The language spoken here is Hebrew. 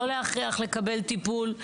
לא להכריח לקבל טיפול,